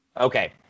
Okay